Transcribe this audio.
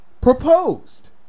proposed